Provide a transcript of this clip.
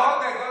עודד, עודד,